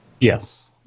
Yes